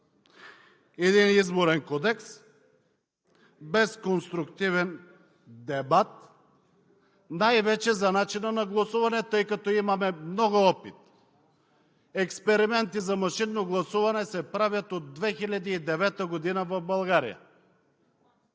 един Изборен кодекс без конструктивен дебат – най-вече за начина на гласуване, тъй като имаме много опит? Експерименти за машинно гласуване се правят от 2009 г. в България